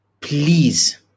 Please